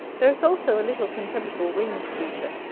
there is also a little contemptible winged creature,